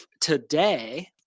today